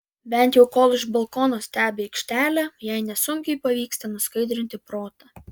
bent jau kol iš balkono stebi aikštelę jai nesunkiai pavyksta nuskaidrinti protą